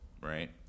right